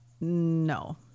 No